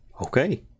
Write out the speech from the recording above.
Okay